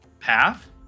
Path